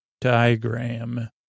diagram